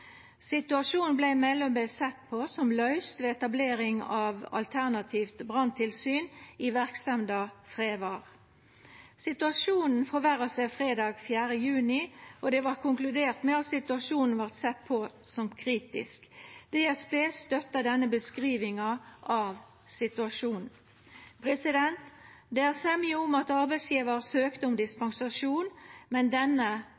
sett på som løyst ved etablering av eit alternativt branntilsyn i verksemda FREVAR. Situasjonen forverra seg fredag 4. juni, og det vart konkludert med at situasjonen vart sett på som kritisk. DSB støtta denne beskrivinga av situasjonen. Det er semje om at arbeidsgjevaren søkte om dispensasjon, men